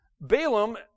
Balaam